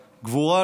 גבורה,